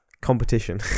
Competition